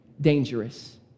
dangerous